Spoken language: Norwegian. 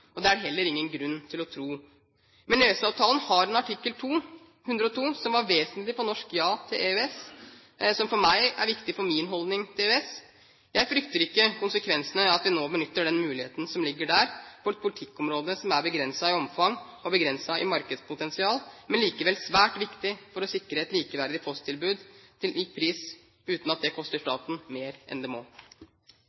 og det er det heller ingen grunn til å tro. Men EØS-avtalen har en artikkel 102, som var vesentlig for et norsk ja til EØS, og som er viktig for min holdning til EØS. Jeg frykter ikke konsekvensene av at vi nå benytter den muligheten som ligger der, på et politikkområde som er begrenset i omfang og begrenset i markedspotensial, men likevel svært viktig for å sikre et likeverdig posttilbud til lik pris, uten at det koster